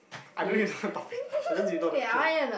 I don't need to know the topic I don't even know the question